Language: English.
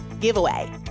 giveaway